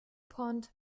pont